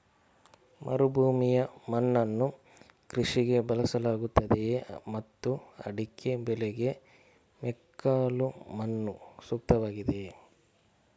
ಮರುಭೂಮಿಯ ಮಣ್ಣನ್ನು ಕೃಷಿಗೆ ಬಳಸಲಾಗುತ್ತದೆಯೇ ಮತ್ತು ಅಡಿಕೆ ಬೆಳೆಗೆ ಮೆಕ್ಕಲು ಮಣ್ಣು ಸೂಕ್ತವಾಗಿದೆಯೇ?